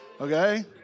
Okay